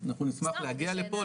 אנחנו נשמח להגיע לפה,